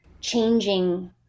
changing